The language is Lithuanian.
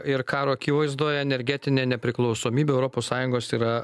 ir karo akivaizdoje energetinė nepriklausomybė europos sąjungos yra